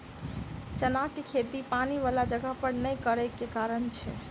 चना केँ खेती पानि वला जगह पर नै करऽ केँ के कारण छै?